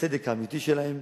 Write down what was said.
בצדק האמיתי שלהם,